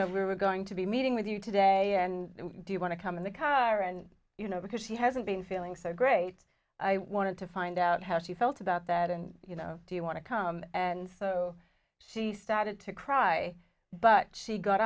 know we're going to be meeting with you today and do you want to come in the car and you know because he hasn't been feeling so great i wanted to find out how she felt about that and you know do you want to come and so she started to cry but she got